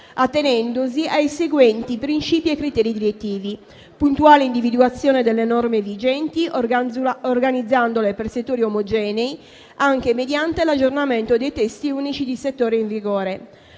attenendosi ai seguenti principi e criteri direttivi: puntuale individuazione delle norme vigenti, organizzandole per settori omogenei, anche mediante l'aggiornamento dei testi unici di settore in vigore;